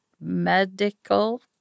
medical